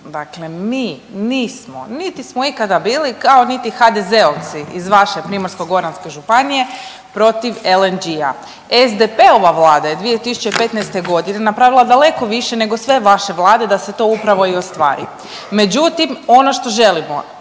Dakle, mi nismo niti smo ikada bili kao niti HDZ-ovci iz vaše PGŽ-a protiv LNG-a. SDP-ova vlada je 2015.g. napravila daleko više nego sve vaše vlade da se to upravo i ostvari. Međutim, ono što želimo